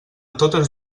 totes